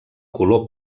color